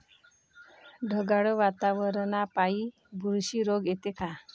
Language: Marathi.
ढगाळ वातावरनापाई बुरशी रोग येते का?